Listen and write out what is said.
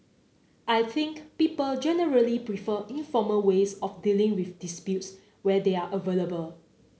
I think people generally prefer informal ways of dealing with disputes where they are available